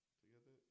together